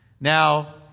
Now